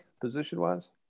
position-wise